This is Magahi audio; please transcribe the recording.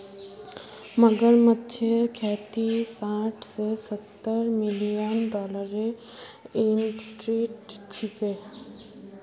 मगरमच्छेर खेती साठ स सत्तर मिलियन डॉलरेर इंडस्ट्री छिके